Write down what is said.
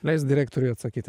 leisk direktoriui atsakyti